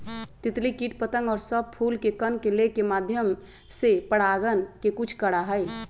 तितली कीट पतंग और सब फूल के कण के लेके माध्यम से परागण के कुछ करा हई